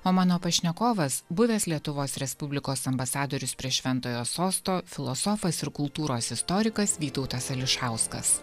o mano pašnekovas buvęs lietuvos respublikos ambasadorius prie šventojo sosto filosofas ir kultūros istorikas vytautas ališauskas